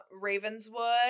Ravenswood